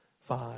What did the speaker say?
five